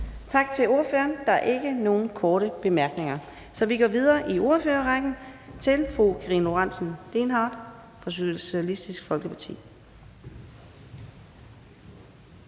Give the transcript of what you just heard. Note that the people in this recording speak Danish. Tak til ordføreren. Der er ikke nogen korte bemærkninger, så vi går videre i ordførerrækken til fru Helle Bonnesen fra Det Konservative Folkeparti.